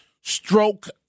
stroke